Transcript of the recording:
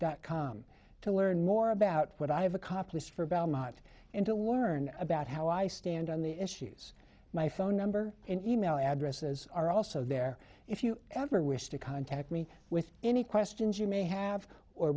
dot com to learn more about what i have accomplished for belmont and to learn about how i stand on the issues my phone number and email addresses are also there if you ever wish to contact me with any questions you may have or